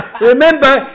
Remember